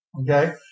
Okay